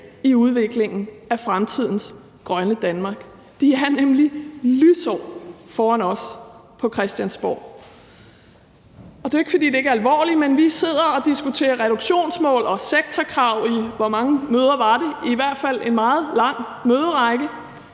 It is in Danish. i udviklingen af fremtidens grønne Danmark. De er nemlig lysår foran os på Christiansborg. Det er jo ikke, fordi det ikke er alvorligt, men vi sidder og diskuterer reduktionsmål og sektorkrav i – hvor mange møder var det? – i hvert fald en meget lang møderække,